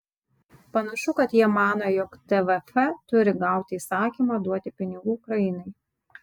panašu kad jie mano jog tvf turi gauti įsakymą duoti pinigų ukrainai